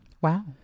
Wow